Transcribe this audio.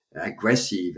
aggressive